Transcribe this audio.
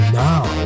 now